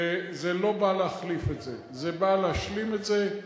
וזה לא בא להחליף את זה, זה בא להשלים את זה.